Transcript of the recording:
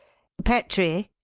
petrie!